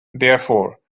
therefore